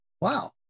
Wow